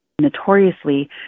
notoriously